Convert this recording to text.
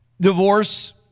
Divorce